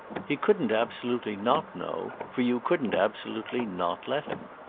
he couldn't absolutely not know, for you couldn't absolutely not let him.